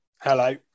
Hello